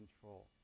control